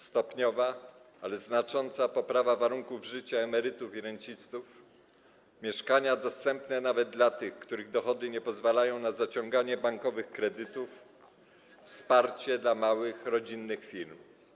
Stopniowa, ale znacząca poprawa warunków życia emerytów i rencistów, mieszkania dostępne nawet dla tych, których dochody nie pozwalają na zaciąganie bankowych kredytów, wsparcie dla małych, rodzinnych firm.